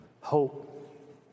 hope